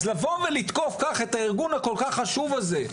אז לבוא ולתקוף כך את הארגון הכול כך חשוב הזה,